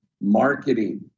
Marketing